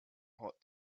hot